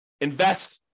Invest